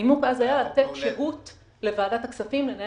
הנימוק אז היה לתת שהות לוועדת הכספים לנהל